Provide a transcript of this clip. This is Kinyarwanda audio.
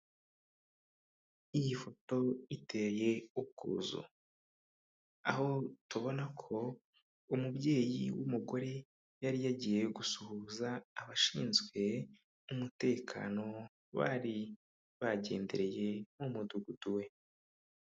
Iyi foto iteye ubwuzu; aho tubona ko umubyeyi w'umugore yari yagiye gusuhuza abashinzwe umutekano bari bagendereye Umudugudu we.